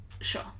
Sure